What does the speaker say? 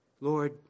Lord